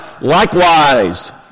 Likewise